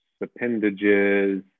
appendages